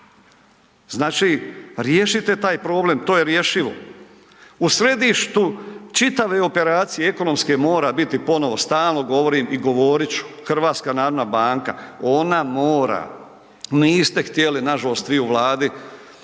Znači, riješite taj problem, to je rješivo. U središtu čitave operacije ekonomske mora biti ponovo, stalnom govorim i govorit ću, HNB, ona mora, niste htjeli nažalost vi u Vladi